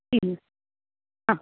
तीन आं